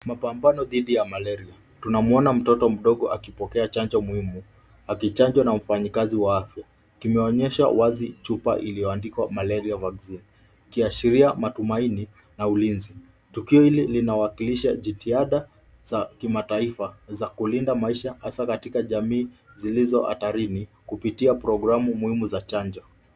Mapambano dhidi ya malaria. Tunamuona mtoto mdogo akipokea chanjo muhimu, akichanjwa na mfanyikazi wa afya. Kimeonyesha wazi chupa iliyoandkiwa Malaria Vaccine ikiashiria matumaini na ulinzi. Tukio hili linawakilisha jitihada za kimataifa za kulinda maisha hasa katika jamii zilizo hatarini kupitia programu muhimu za chanjo.